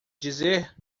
dizer